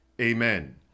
Amen